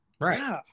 right